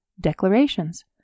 declarations